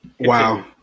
wow